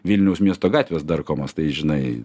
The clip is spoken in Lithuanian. vilniaus miesto gatvės darkomos tai žinai